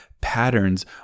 patterns